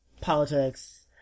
politics